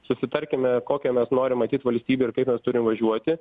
susitarkime kokią mes norim matyt valstybę ir kaip mes turim važiuoti